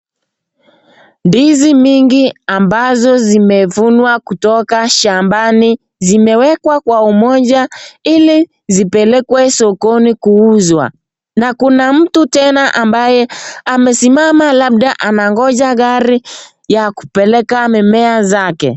Ndizi nyingi ambazo zimevunwa kutoka shambani zimewekwa kwa umoja ili zipelekwe sokoni kuuzwa na kuna mtu tena ambaye amesimama labda anangoja gari ya kupeleka mimea zake.